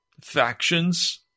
factions